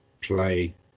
play